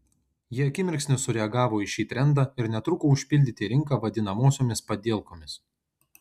jie akimirksniu sureagavo į šį trendą ir netruko užpildyti rinką vadinamosiomis padielkomis